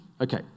Okay